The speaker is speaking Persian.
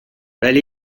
ولی